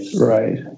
right